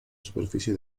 superficie